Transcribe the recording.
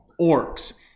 Orcs